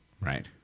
Right